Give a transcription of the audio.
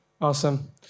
Awesome